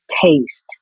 taste